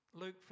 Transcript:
Luke